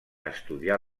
estudiar